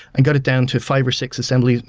and got it down to five or six assemblies,